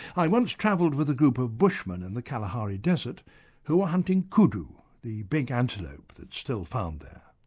i once travelled with a group of bushmen in the kalahari desert who were hunting kudu, the big antelope that's still found there.